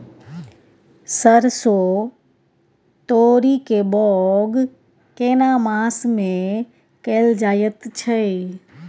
सरसो, तोरी के बौग केना मास में कैल जायत छै?